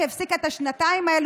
שהפסיקה את השנתיים האלה,